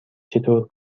چطور